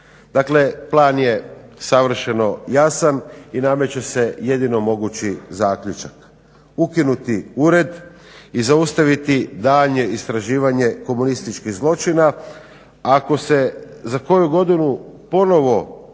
Dakle, plan je savršeno jasan i nameće se jedino mogući zaključak. Ukinuti ured i zaustaviti daljnje istraživanje komunističkih zločina. Ako se za koju godinu ponovo